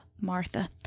martha